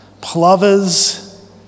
Plovers